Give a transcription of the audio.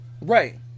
Right